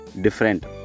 different